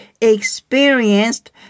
experienced